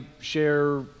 share